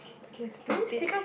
that's stupid